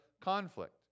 conflict